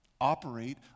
operate